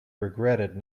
regretted